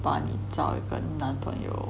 把你找一个男朋友